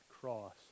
cross